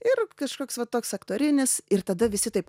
ir kažkoks va toks aktorinis ir tada visi taip